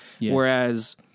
Whereas